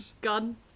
gun